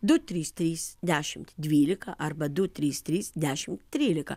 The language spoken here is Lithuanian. du trys trys dešimt dvylika arba du trys trys dešimt trylika